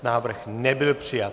Návrh nebyl přijat.